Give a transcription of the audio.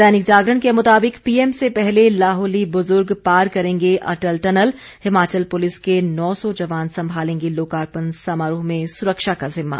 दैनिक जागरण के मुताबिक पीएम से पहले लाहुली बुजुर्ग पार करेंगे अटल टनल हिमाचल पुलिस के नौ सौ जवान संभालेंगे लोकार्पण समारोह में सुरक्षा का जिम्मा